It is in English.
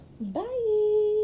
bye